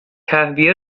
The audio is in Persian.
تهویه